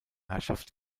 herrschaft